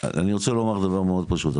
אני רוצה לומר לה דבר מאוד פשוט,